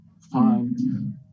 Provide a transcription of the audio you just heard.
fine